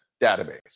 database